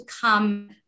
come